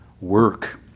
work